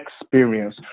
experience